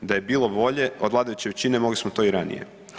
Da je bilo volje od vladajuće većine, mogli smo to i ranije.